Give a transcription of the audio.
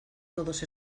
todos